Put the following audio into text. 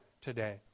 today